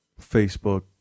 Facebook